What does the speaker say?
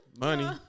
Money